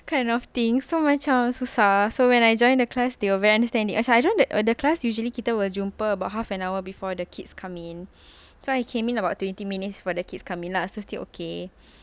kind of thing so macam so when I joined the class they were very understanding sorry I joined the class usually kita will jumpa about half an hour before the kids come in so I came in about twenty minutes before the kids come in lah so it's still okay